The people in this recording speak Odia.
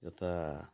ଯଥା